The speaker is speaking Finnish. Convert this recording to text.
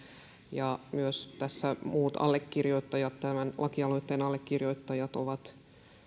ja myös muut tämän lakialoitteen allekirjoittajat ovat